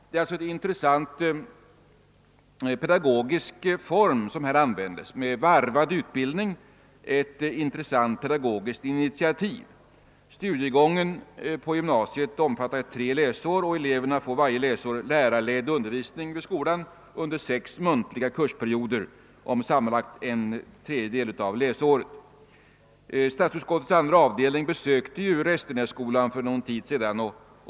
Det är alltså en intressant pedagogisk form med varvad utbildning som här används, ett intressant pedagogiskt initiativ. Studiegången för gymnasiet omfattar tre läsår, och eleverna får varje läsår lärarledd undervisning vid skolan under sex muntliga kursperioder om sammanlagt en tredjedel av läsåret. Statsutskottets andra avdelning besökte Restenässkolan för någon tid sedan.